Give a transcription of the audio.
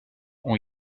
ont